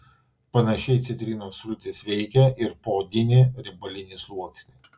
panašiai citrinos sultys veikia ir poodinį riebalinį sluoksnį